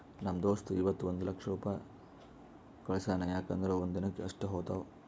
ನಮ್ ದೋಸ್ತ ಇವತ್ ಒಂದ್ ಲಕ್ಷ ರೊಕ್ಕಾ ಕಳ್ಸ್ಯಾನ್ ಯಾಕ್ ಅಂದುರ್ ಒಂದ್ ದಿನಕ್ ಅಷ್ಟೇ ಹೋತಾವ್